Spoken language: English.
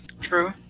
True